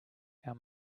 our